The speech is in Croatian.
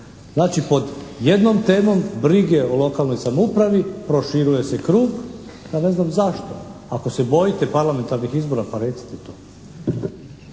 Znači, pod jednom temom brige o lokalnoj samoupravi proširuje se krug. Ja ne znam zašto. Ako se bojite parlamentarnih izbora pa recite to.